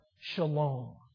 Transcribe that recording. shalom